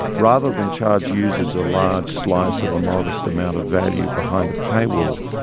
rather than charge users a large slice of a modest amount of value behind a paywall,